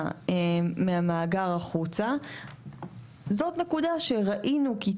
מהמאגר החוצה זאת נקודה שראינו כי טוב.